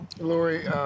Lori